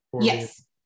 yes